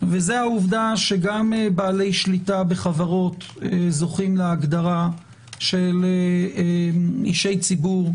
וזו העובדה שגם בעלי שליטה בחברות זוכים להגדרה של אישי ציבור,